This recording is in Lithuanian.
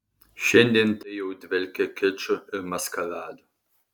šiandien tai jau dvelkia kiču ir maskaradu